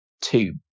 two